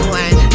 one